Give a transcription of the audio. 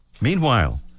Meanwhile